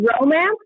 romance